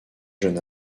jeune